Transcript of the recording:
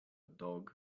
dog